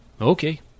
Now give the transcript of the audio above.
Okay